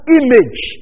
image